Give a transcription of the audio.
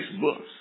books